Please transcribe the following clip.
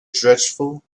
dreadful